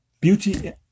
beauty